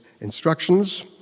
instructions